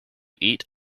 eat